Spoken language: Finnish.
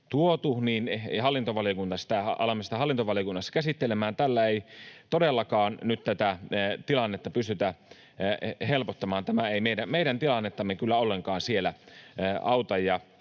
tuotu — alamme sitä hallintovaliokunnassa käsittelemään — ei todellakaan nyt tätä tilannetta pystytä helpottamaan. Tämä ei meidän tilannettamme kyllä ollenkaan siellä auta